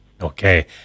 Okay